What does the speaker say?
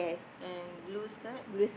and blue skirt